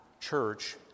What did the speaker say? church